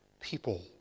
people